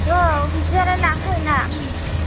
औ बिदिआ लाय लाखायो ना ओं